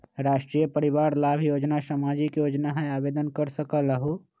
राष्ट्रीय परिवार लाभ योजना सामाजिक योजना है आवेदन कर सकलहु?